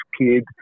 kid